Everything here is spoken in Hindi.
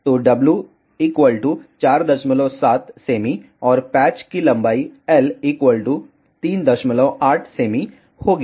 तो W 47 सेमी और पैच की लंबाई L 38 सेमी होगी